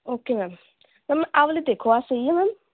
okay ma'am ma'am ਆਹ ਵਾਲੇ ਦੇਖੋ ਆਹ ਸਹੀ ਆ ਮੈਮ